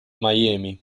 miami